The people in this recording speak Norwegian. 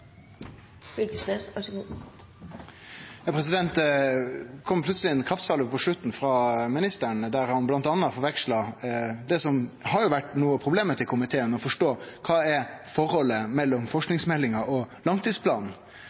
Fylkesnes har hatt ordet to ganger tidligere og får ordet til en kort merknad, begrenset til 1 minutt. Det kom plutseleg ei kraftsalve på slutten frå ministeren, der han bl.a. forveksla det som har vore eit problem for komiteen å forstå: Kva er forholdet mellom